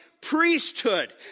priesthood